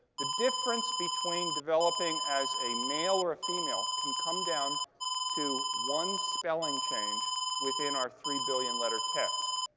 the difference between developing as a male or a female can come down to one spelling change within our three billion letter text.